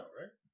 right